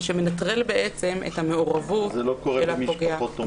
מה שמנטרל בעצם את המעורבות של הפוגע --- זה לא קורה במשפחות אומנה.